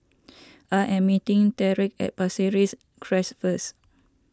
I am meeting Tyrek at Pasir Ris Crest first